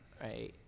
Right